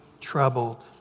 troubled